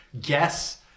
guess